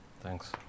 Thanks